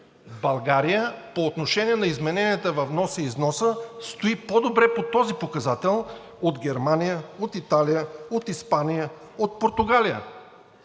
България по отношение на измененията във вноса и износа стои по-добре по този показател от Германия, от Италия, от Испания, от Португалия.